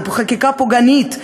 חקיקה פוגענית.